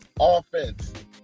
offense